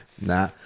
Nah